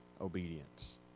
obedience